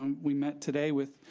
and we met today with